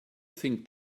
think